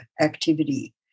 activity